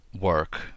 work